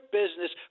business